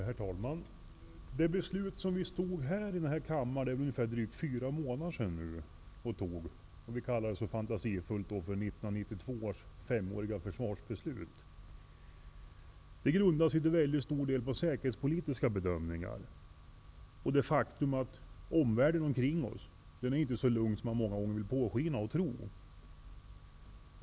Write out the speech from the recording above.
Herr talman! Det beslut som vi fattade här i kammaren för nu ungefär fyra månader sedan och som så fantasifullt kallades 1992 års femåriga försvarsbeslut grundade sig till väldigt stor del på säkerhetspolitiska bedömningar och det faktum att vår omvärld inte är så lugn som man många gånger vill låta påskina och tro.